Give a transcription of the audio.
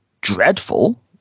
dreadful